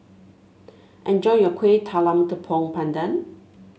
enjoy your Kuih Talam Tepong Pandan